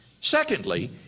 Secondly